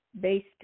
based